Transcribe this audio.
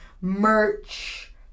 merch